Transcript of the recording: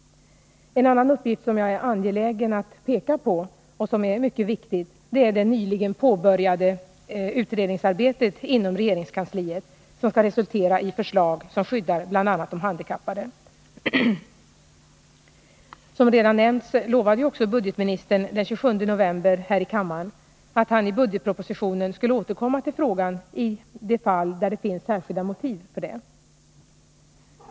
En annan uppgift som jag är angelägen om att peka på och som är mycket viktig är att det nyligen påbörjats ett utredningsarbete inom regeringskansliet, som skall resultera i förslag som skyddar bl.a. de handikappade. Som redan nämnts lovade också budgetministern den 27 november här i kammaren att han i budgetpropositionen skulle återkomma till frågan i de fall där det finns särskilda motiv för det.